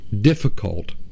difficult